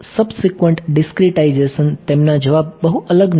subsequent discretization તેમના જવાબ બહુ અલગ નથી